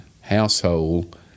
household